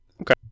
Okay